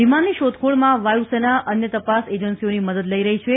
વિમાનની શોધખોળમાં વાયુસેના અન્ય તપાસ એજન્સીઓની મદદ લઇ રહી છે